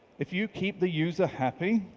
if you keep the user happy,